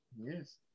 Yes